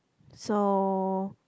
so